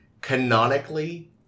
Canonically